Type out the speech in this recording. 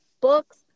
books